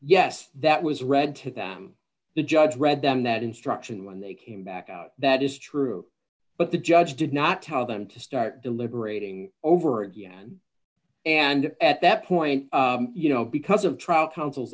yes that was read to them the judge read them that instruction when they came back out that is true but the judge did not tell them to start deliberating over again and at that point you know because of trial coun